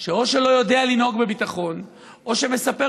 שלא יודע לנהוג בביטחון או שמספר